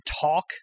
talk